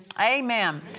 Amen